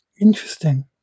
Interesting